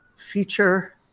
feature